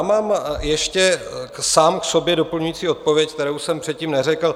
Mám ještě sám k sobě doplňující odpověď, kterou jsem předtím neřekl.